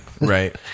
Right